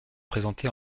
présentés